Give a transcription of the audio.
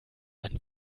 einen